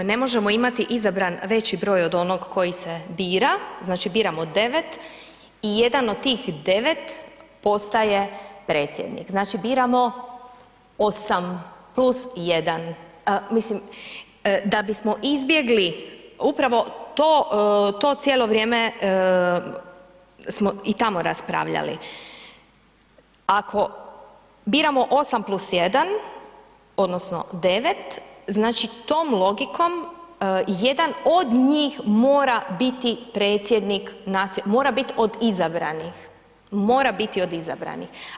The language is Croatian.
Točno, ne možemo imati izabran veći broj od onog koji se bira, znači biramo 9 i jedan do tih 9 postaje predsjednik, znači biramo 8 plus 1. Da bismo izbjegli upravo to cijelo vrijeme smo i tamo raspravljali, ako biramo 8 plus 1 odnosno 9, znači tom logikom jedan od njih mora biti predsjednik, mora bit od izabranih, mora biti od izabranih.